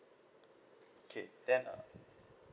okay yeah